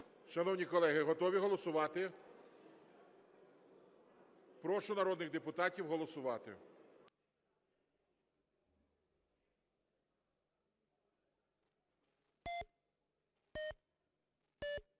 Шановні колеги, готові голосувати? Прошу народних депутатів голосувати.